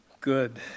Good